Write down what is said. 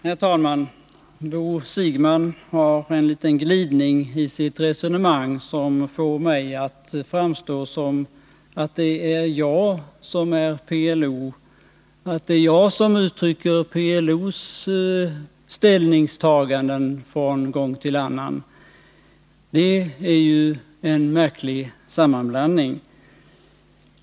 Herr talman! Bo Siegbahn hari sitt resonemang en glidning, som vill få mig att framstå som om det vore jag som uttryckte PLO:s ställningstaganden från gång till annan. Det är en märklig sammanblandning.